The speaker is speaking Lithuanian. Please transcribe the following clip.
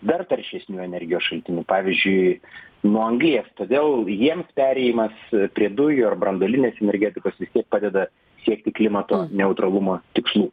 dar taršesnių energijos šaltinių pavyzdžiui nuo anglies todėl jiems perėjimas prie dujų ar branduolinės energetikos vis tiek padeda siekti klimato neutralumo tikslų